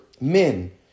men